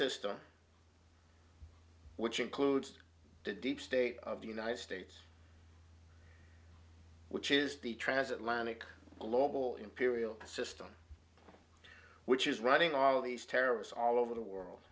system which includes the deep state of the united states which is the transatlantic global imperial system which is running all these terrorists all over the world